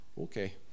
Okay